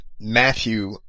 Matthew